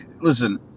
listen